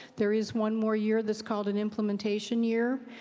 there is one more year that's called an implementation year.